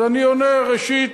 אז אני עונה: ראשית,